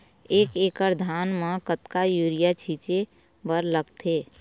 एक एकड़ धान म कतका यूरिया छींचे बर लगथे?